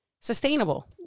Sustainable